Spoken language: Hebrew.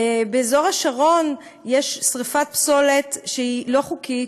באזור השרון יש שרפת פסולת שהיא לא חוקית,